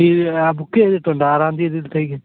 ഈ ആ ബുക്ക് ചെയ്തിട്ടുണ്ട് ആറാം തിയതിയിലേക്ക്